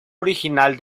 original